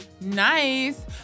Nice